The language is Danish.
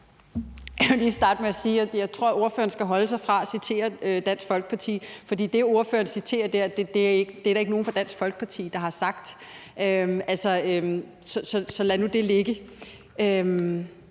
Jeg vil lige starte med at sige, at jeg tror, at ordføreren skal holde sig fra at citere Dansk Folkeparti. For det, ordføreren citerer der, er der ikke nogen fra Dansk Folkeparti der har sagt. Så lad nu det ligge.